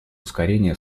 ускорения